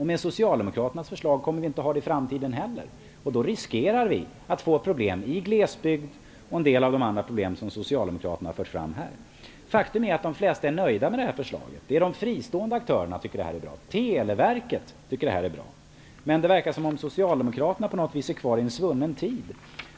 Med Socialdemokraternas förslag kommer det inte att finnas i framtiden heller. Då riskerar vi att få problem i glesbygden och även en del av de problem som Socialdemokraterna har fört fram här. Faktum är att de flesta är nöjda med detta förslag. De fristående aktörerna och Televerket tycker att det är bra. Men det verkar som om Socialdemokraterna är kvar i en svunnen tid.